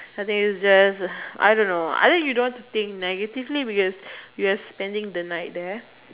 I think it is just I don't know I think you don't want to think negatively because you're spending the night there